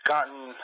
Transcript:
Gotten